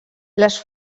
les